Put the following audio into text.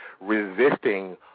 resisting